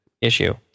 issue